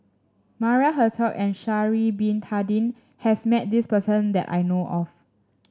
Maria Hertogh and Sha'ari Bin Tadin has met this person that I know of